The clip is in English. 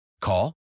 Call